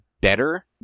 better